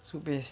soup base